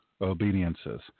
obediences